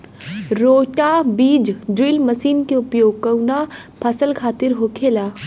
रोटा बिज drill machine के उपयोग कऊना फसल खातिर होखेला?